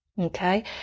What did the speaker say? Okay